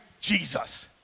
Jesus